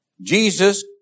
Jesus